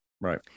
right